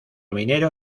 minero